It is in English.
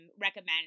recommend